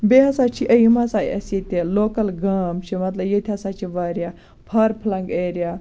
بیٚیہِ ہَسا چھِ أمۍ ہَسا اَسہِ ییٚتہِ لوکَل گام چھِ مَطلَب ییٚتہِ ہَسا چھِ واریاہ فار فُلَنٛگ ایٚریا